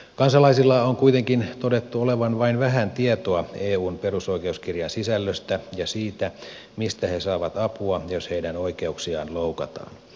kansalaisilla on kuitenkin todettu olevan vain vähän tietoa eun perusoikeuskirjan sisällöstä ja siitä mistä he saavat apua jos heidän oikeuksiaan loukataan